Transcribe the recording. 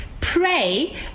Pray